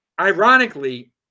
Ironically